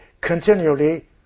continually